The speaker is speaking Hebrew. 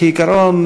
כעיקרון,